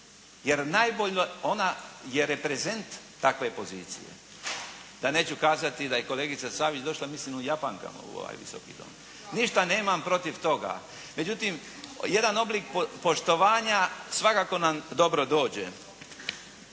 najbolje jer je prezent takve pozicije. Ja neću kazati da je kolegica Savić došla mislim u japankama u ovaj Visoki dom. Ništa nemam protiv toga, međutim jedan oblik poštovanja svakako nam dobro dođe.